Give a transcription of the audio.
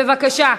אז בבקשה.